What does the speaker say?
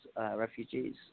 refugees